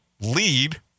lead